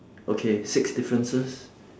okay six differences